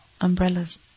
Umbrellas